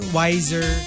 wiser